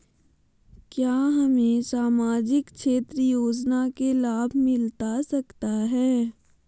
क्या हमें सामाजिक क्षेत्र योजना के लाभ मिलता सकता है?